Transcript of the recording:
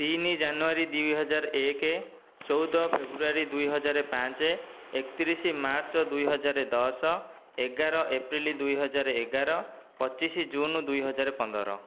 ତିନି ଜାନୁଆରୀ ଦୁଇ ହଜାର ଏକ ଚଉଦ ଫେବୃଆରୀ ଦୁଇହଜାର ପାଞ୍ଚ ଏକତିରିଶ ମାର୍ଚ୍ଚ ଦୁଇହଜାର ଦଶ ଏଗାର ଏପ୍ରିଲ ଦୁଇହଜାର ଏଗାର ପଚିଶ ଜୁନ ଦୁଇହଜାର ପନ୍ଦର